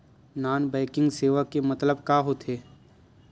Non banking सेवा के मतलब का होथे?